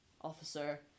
officer